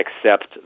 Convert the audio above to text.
accept